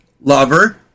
lover